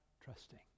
trusting